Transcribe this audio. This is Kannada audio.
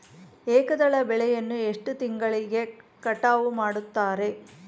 ಏಕದಳ ಬೆಳೆಯನ್ನು ಎಷ್ಟು ತಿಂಗಳಿಗೆ ಕಟಾವು ಮಾಡುತ್ತಾರೆ?